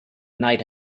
night